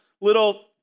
little